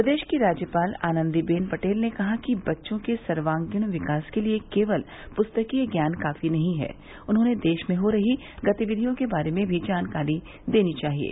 प्रदेश की राज्यपाल आनन्दी बेन पटेल ने कहा है कि बच्चों के सर्वगीण विकास के लिये केवल पुस्तकीय ज्ञान काफी नहीं है उन्हें देश में हो रही गतिविधियों के बारे में भी जानकारी देनी चाहिये